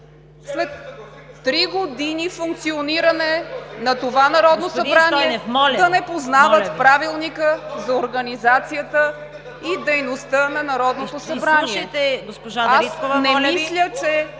…три години функциониране на това Народно събрание да не познават Правилника за организацията и дейността на Народното събрание. (Реплики от